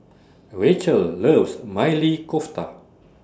Rachael loves Maili Kofta